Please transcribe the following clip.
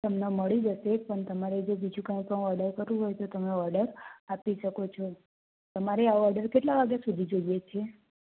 તમને મળી જશે પણ તમારે જે બીજું કાઇ પણ ઓર્ડર કરવું હોય તો તમે ઓર્ડર આપી શકો છો તમારે આ ઓર્ડર કેટલા વાગે સુધી જોઈએ છે